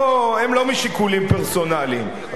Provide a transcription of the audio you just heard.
לא משיקולים פרסונליים,